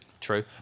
true